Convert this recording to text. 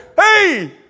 hey